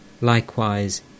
Likewise